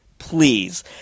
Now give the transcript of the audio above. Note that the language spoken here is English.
Please